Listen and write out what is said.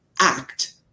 act